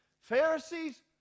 pharisees